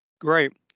great